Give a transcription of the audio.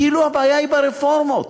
כאילו הבעיה היא ברפורמות.